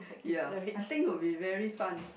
ya I think would be very fun